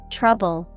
trouble